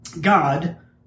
God